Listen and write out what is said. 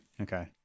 Okay